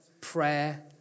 prayer